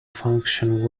function